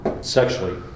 Sexually